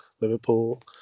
Liverpool